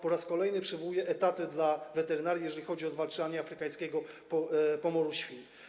Po raz kolejny przywołuje etaty dla weterynarii, jeżeli chodzi o zwalczanie afrykańskiego pomoru świń.